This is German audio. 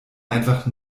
einfach